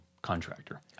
contractor